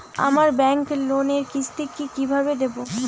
আমার ব্যাংক লোনের কিস্তি কি কিভাবে দেবো?